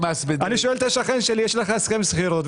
אני שואל את השכן שלי אם יש לו הסכם שכירות,